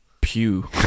Pew